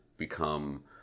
Become